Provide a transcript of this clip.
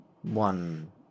one